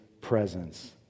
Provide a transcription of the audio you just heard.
presence